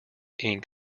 ink